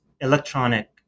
electronic